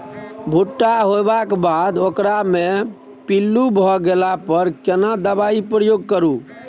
भूट्टा होबाक बाद ओकरा मे पील्लू भ गेला पर केना दबाई प्रयोग करू?